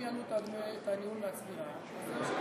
אם יעלו את הניהול מהצבירה אנשים יעברו קופה.